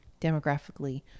demographically